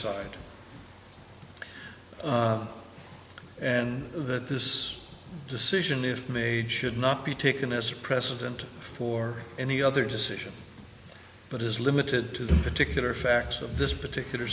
side and that this decision is made should not be taken as a precedent for any other decision but is limited to the particular facts of this particular